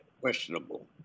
questionable